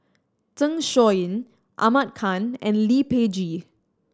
Zeng Shouyin Ahmad Khan and Lee Peh Gee